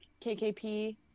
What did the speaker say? KKP